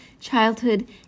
childhood